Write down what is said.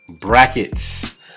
Brackets